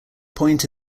point